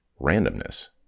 randomness